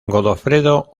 godofredo